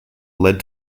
led